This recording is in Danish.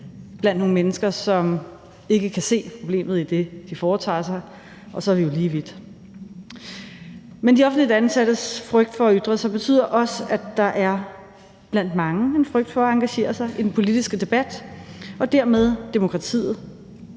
blandt nogle mennesker, som ikke kan se problemet i det, de foretager sig så, og så er vi jo lige vidt. Men de offentligt ansattes frygt for at ytre sig betyder også, at der blandt mange er en frygt for at engagere sig i den politiske debat og dermed demokratiet.